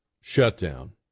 shutdown